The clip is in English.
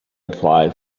apply